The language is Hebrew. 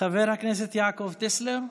חבר הכנסת יעקב טסלר,